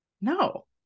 no